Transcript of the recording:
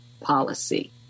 policy